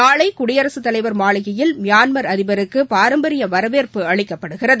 நாளை குடியரசுத் தலைவர் மாளிகையில் மியான்மர் அதிபருக்கு நாளை பாரம்பரிய வரவேற்பு அளிக்கப்படுகிறது